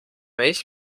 mich